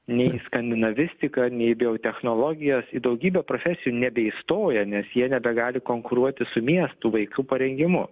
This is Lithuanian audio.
nei skandinavistiką nei biotechnologijas į daugybę profesijų nebeįstoja nes jie nebegali konkuruoti su miestų vaikų parengimu